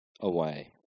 away